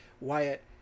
wyatt